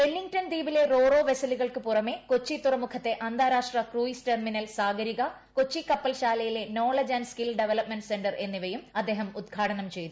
Wellington ദ്വീപിലെ ro ro വെസലുകൾക്ക് പുറമേ കൊച്ചി തുറമുഖത്തെ അന്താരാഷ്ട്ര ക്രൂയിസ് ടെർമിനൽ സാഗരിക കൊച്ചി കപ്പൽശാലയിലെ knowledge and skill development centre എന്നിവയും അദ്ദേഹം ഉദ്ഘാടനം ചെയ്തു